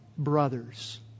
brothers